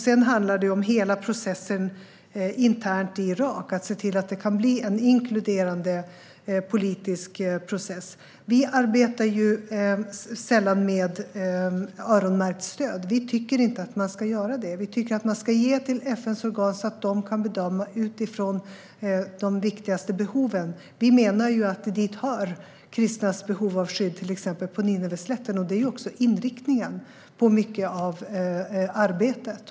Det handlar också om att se till att hela den interna processen i Irak kan bli en inkluderande politisk process. Vi arbetar sällan med öronmärkt stöd. Vi tycker inte att man ska göra det. Vi tycker att man ska ge till FN:s organ, så att de kan bedöma utifrån de viktigaste behoven. Och vi menar att kristnas behov av skydd på till exempel Nineveslätten hör dit. Det är också inriktningen på en stor del av arbetet.